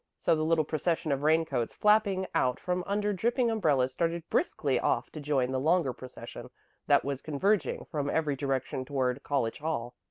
so the little procession of rain-coats flapping out from under dripping umbrellas started briskly off to join the longer procession that was converging from every direction toward college hall.